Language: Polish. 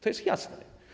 To jest jasne.